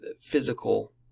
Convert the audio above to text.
physical